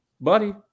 Buddy